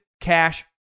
cash